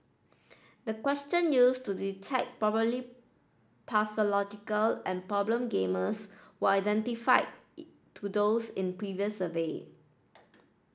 the question used to detect probably pathological and problem gamers were identify to those in previous survey